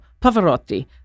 Pavarotti